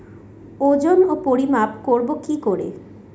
ওজন ও পরিমাপ করব কি করে?